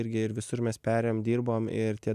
irgi ir visur mes perėjom dirbom ir tie